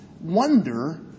wonder